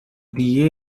دیگه